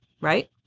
right